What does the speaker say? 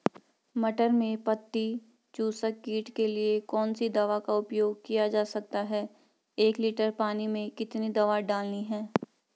मटर में पत्ती चूसक कीट के लिए कौन सी दवा का उपयोग किया जा सकता है एक लीटर पानी में कितनी दवा डालनी है?